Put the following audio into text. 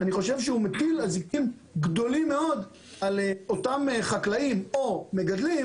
אני חושב שהוא מטיל אזיקים גדולים מאוד על אותם חקלאים או מפעלים